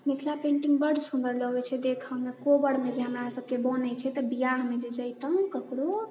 Mithila painting बड सुंदर लगैत छै देखऽमे कोबरमे जे हमरा सबके बनैत छै तऽ बिआहमे जे जैतहुँ केकरो